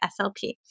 SLP